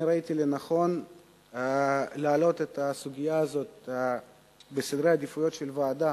אני ראיתי לנכון להעלות את הסוגיה הזאת בסדרי העדיפויות של הוועדה